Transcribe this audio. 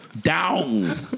down